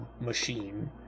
machine